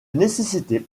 nécessité